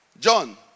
john